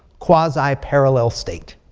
quasi-parallel state.